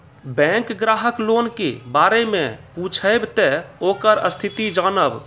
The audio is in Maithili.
बैंक ग्राहक लोन के बारे मैं पुछेब ते ओकर स्थिति जॉनब?